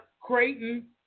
Creighton